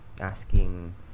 asking